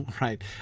right